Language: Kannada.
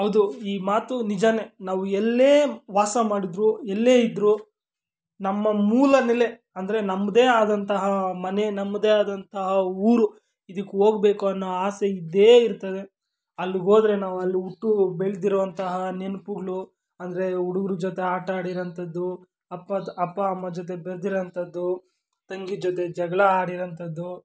ಹೌದು ಈ ಮಾತು ನಿಜಾನೆ ನಾವು ಎಲ್ಲೇ ವಾಸ ಮಾಡಿದ್ರು ಎಲ್ಲೇ ಇದ್ದರೂ ನಮ್ಮ ಮೂಲ ನೆಲೆ ಅಂದರೆ ನಮ್ಮದೇ ಆದಂತಹ ಮನೆ ನಮ್ಮದೇ ಆದಂತಹ ಊರು ಇದಕ್ಕೆ ಹೋಗ್ಬೇಕು ಅನ್ನೋ ಆಸೆ ಇದ್ದೇ ಇರ್ತದೆ ಅಲ್ಲಿಗ್ ಹೋದ್ರೆ ನಾವಲ್ಲಿ ಹುಟ್ಟು ಬೆಳೆದಿರೋಂತಹ ನೆನಪುಗ್ಳು ಅಂದರೆ ಹುಡುಗ್ರು ಜೊತೆ ಆಟ ಆಡಿರೋಂಥದ್ದು ಅಪ್ಪ ಅಪ್ಪ ಅಮ್ಮ ಜೊತೆ ಬೆರೆದಿರೋ ಅಂಥದ್ದು ತಂಗಿ ಜೊತೆ ಜಗಳ ಆಡಿರೋ ಅಂಥದ್ದು